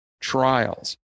trials